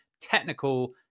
technical